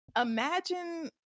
Imagine